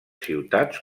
ciutats